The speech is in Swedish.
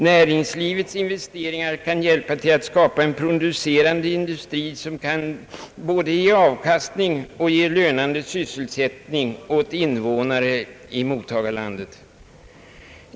Näringslivets investeringar kan hjälpa till att skapa en producerande industri som både kan ge avkastning och lönande sysselsättning åt invånare i mottagarlandet.